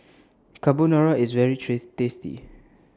Carbonara IS very treats tasty